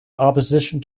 opposition